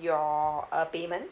your uh payment